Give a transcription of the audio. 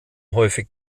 häufig